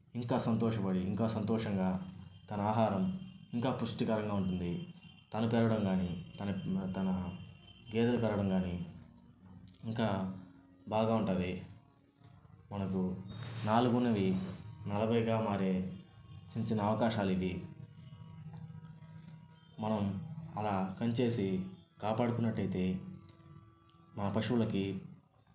ఇంకా సంతోషపడి ఇంకా సంతోషంగా తన ఆహారం ఇంకా పుష్టికారంగా ఉంటుంది తను పెరగడం కానీ తన తన గేదలు పెరగడం కాని ఇంకా బాగా ఉంటుంది మనకు నాలుగు ఉన్నవి నలభైగా మారే చిన్నచిన్న అవకాశాలు ఇది మనం అలా కంచె వేసి కాపాడుకున్నట్లు అయితే మన పశువులకి